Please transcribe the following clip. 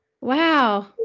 wow